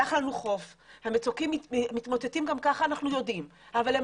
אנחנו יודעים שגם כך המצוקים מתמוטטים אבל זה